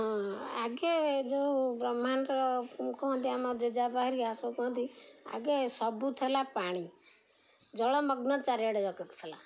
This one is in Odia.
ହଁ ଆଗେ ଯେଉଁ ବ୍ରହ୍ମାଣ୍ଡର କୁହନ୍ତି ଆମ ଜେଜେବାପା ହେରିକା ସବୁ କୁହନ୍ତି ଆଗେ ସବୁ ଥିଲା ପାଣି ଜଳମଗ୍ନ ଚାରିଆଡ଼େ ଜାକ ଥିଲା